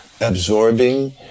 absorbing